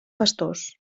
pastors